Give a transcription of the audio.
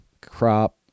crop